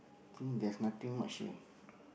think there's nothing much here